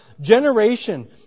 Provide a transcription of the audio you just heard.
generation